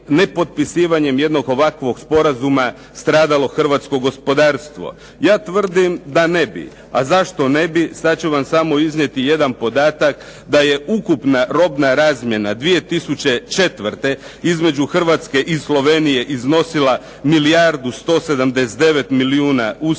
nepotpisivanjem jednog ovakvog sporazuma stradalo hrvatsko gospodarstvo? Ja tvrdim da ne bi. A zašto ne bi? Sad ću vam samo iznijeti jedan podatak da je ukupna robna razmjena 2004. između Hrvatske i Slovenije iznosila milijardu 179 milijuna USA